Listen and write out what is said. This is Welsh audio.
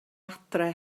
adre